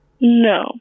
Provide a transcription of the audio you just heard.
No